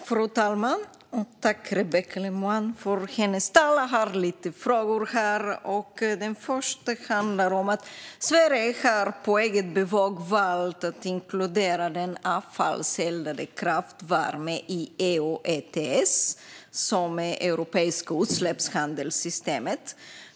Fru talman! Tack, Rebecka Le Moine, för ditt anförande! Jag har lite frågor. Den första handlar om att Sverige på eget bevåg har valt att inkludera kraftvärme i EU ETS, det europeiska utsläppshandelssystemet.